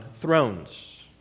thrones